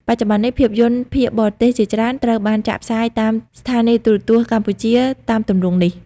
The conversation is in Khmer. បច្ចុប្បន្ននេះ ភាពយន្តភាគបរទេសជាច្រើនត្រូវបានចាក់ផ្សាយតាមស្ថានីយ៍ទូរទស្សន៍កម្ពុជាតាមទម្រង់នេះ។